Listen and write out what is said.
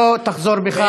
אם לא תחזור בך,